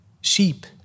sheep